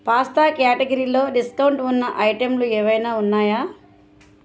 pasta క్యాటగిరిలో discount ఉన్న ఐటెంలు ఏమైనా ఉన్నాయా